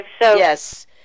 Yes